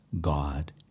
God